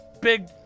big